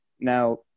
Now